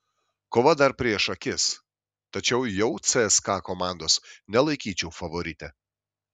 kova dar prieš akis tačiau jau cska komandos nelaikyčiau favorite